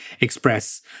express